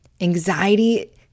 Anxiety